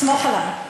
סמוך עלי.